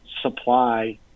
supply